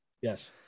yes